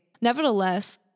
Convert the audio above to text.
Nevertheless